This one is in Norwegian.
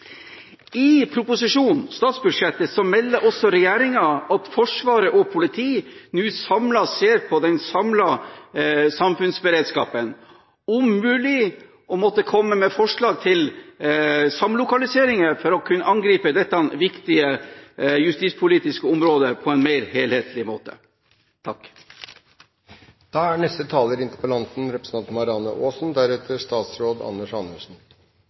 I proposisjonen om statsbudsjettet melder også regjeringen at Forsvaret og politiet nå ser på den samlede samfunnsberedskapen, for om mulig å komme med forslag til samlokalisering for å kunne angripe dette viktige justispolitiske området på en mer helhetlig måte.